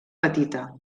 petita